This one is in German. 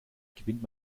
gewinnt